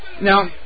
Now